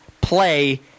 play